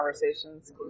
conversations